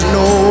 no